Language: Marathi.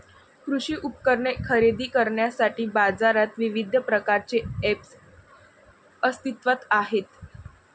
कृषी उपकरणे खरेदी करण्यासाठी बाजारात विविध प्रकारचे ऐप्स अस्तित्त्वात आहेत